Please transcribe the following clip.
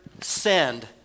send